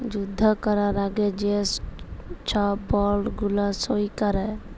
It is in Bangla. যুদ্ধ ক্যরার আগে যে ছব বল্ড গুলা সই ক্যরে